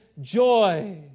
joy